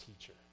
teacher